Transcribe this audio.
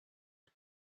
him